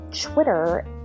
Twitter